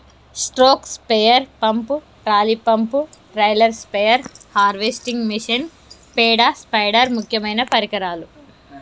stroke sprayer pump, trolley pump, trailer sprayer, harvesting machine, పేడ spider ముక్యమైన పరికరాలు